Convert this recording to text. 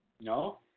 No